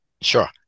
Sure